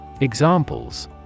Examples